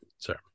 Sir